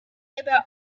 about